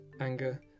anger